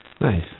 Nice